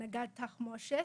נגד תחמושת,